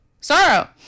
sorrow